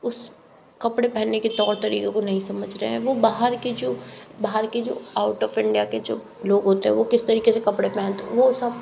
उस कपड़े पहने के तौर तरीकों को नहीं समझ रहे हैं वो बाहर के जो बाहर की जो आउट ऑफ़ इंडिया के जो लोग होते हैं वो किस तरीके से कपड़े पहनते वो सब